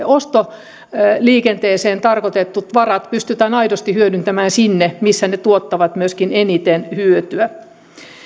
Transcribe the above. ostoliikenteeseen tarkoitetut varat pystytään aidosti hyödyntämään sinne missä ne tuottavat myöskin eniten hyötyä